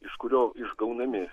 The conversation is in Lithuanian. iš kurio išgaunami